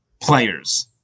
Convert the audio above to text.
players